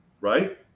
right